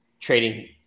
trading